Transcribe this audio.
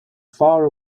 far